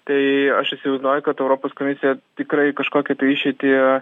tai aš įsivaizduoju kad europos komisija tikrai kažkokią išeitį